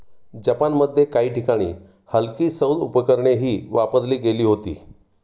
जपानमध्ये काही ठिकाणी हलकी सौर उपकरणेही वापरली गेली होती